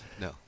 No